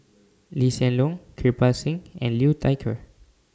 Lee Hsien Loong Kirpal Singh and Liu Thai Ker